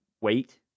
wait